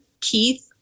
keith